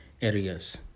areas